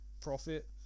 profit